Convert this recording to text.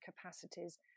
capacities